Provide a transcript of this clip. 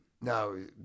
No